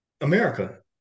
America